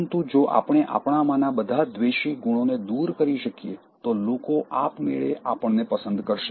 પરંતુ જો આપણે આપણામાંના બધા દ્વેષી ગુણોને દૂર કરી શકીએ તો લોકો આપમેળે આપણને પસંદ કરશે